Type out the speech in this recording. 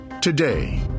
today